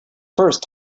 first